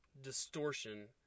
Distortion